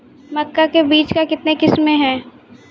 मक्का के बीज का कितने किसमें हैं?